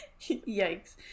Yikes